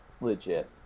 legit